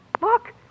Look